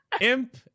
Imp